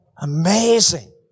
Amazing